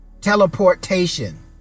teleportation